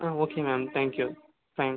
ah okay ma'am thank you thanks